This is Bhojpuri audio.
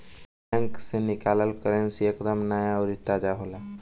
बैंक से निकालल करेंसी एक दम नया अउरी ताजा होला